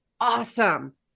awesome